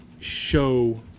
show